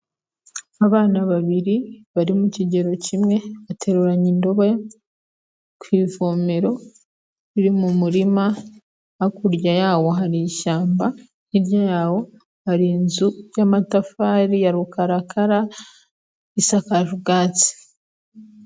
Abana babiri bari mu kigero kimwe bateruranye indobo ku ivomero riri mu murima, hakurya yawo hari ishyamba, hirya yawo hari inzu y'amatafari ya rukarakara isakaje ubwatsi.